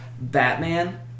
Batman